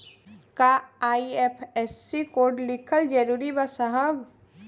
का IFSC code लिखल जरूरी बा साहब?